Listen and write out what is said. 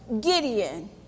Gideon